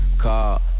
call